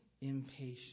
impatient